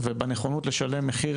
ובנכונות לשלם מחיר,